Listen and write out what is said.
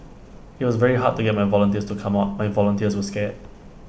IT was very hard to get my volunteers to come out my volunteers were scared